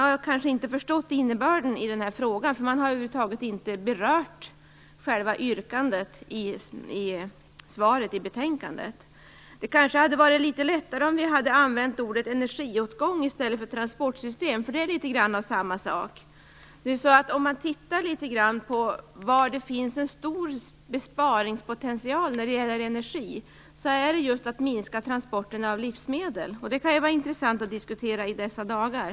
Man har kanske inte förstått innebörden i frågan, för man har över huvud taget inte berört själva yrkandet i betänkandet. Det kanske hade varit litet lättare om vi hade använt ordet energiåtgång i stället för transportsystem. Det är litet grand av samma sak. Om man tittar litet närmare på var det finns en stor besparingspotential när det gäller energi finner man att det är just transporterna av livsmedel man kan minska. Det kan vara intressant att diskutera i dessa dagar.